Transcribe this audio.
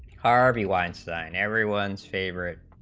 harvey weinstein everyone's favorite